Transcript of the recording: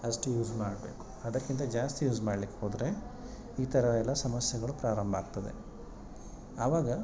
ಅಷ್ಟು ಯೂಸ್ ಮಾಡಬೇಕು ಅದಕ್ಕಿಂತ ಜಾಸ್ತಿ ಯೂಸ್ ಮಾಡ್ಲಿಕ್ಕೆ ಹೋದರೆ ಈ ಥರ ಎಲ್ಲ ಸಮಸ್ಯೆಗಳು ಪ್ರಾರಂಭ ಆಗ್ತದೆ ಆವಾಗ